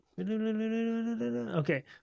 Okay